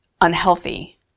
unhealthy